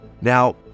Now